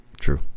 true